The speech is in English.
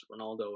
Ronaldo